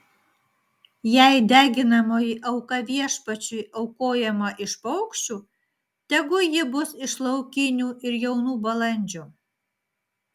jei deginamoji auka viešpačiui aukojama iš paukščių tegu ji bus iš laukinių ir jaunų balandžių